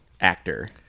actor